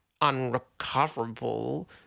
unrecoverable